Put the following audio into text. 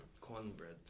cornbread